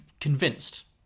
convinced